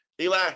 Eli